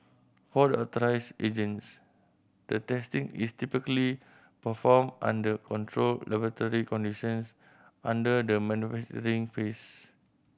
for the authorised agents the testing is typically performed under controlled laboratory conditions under the manufacturing phase